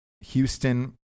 Houston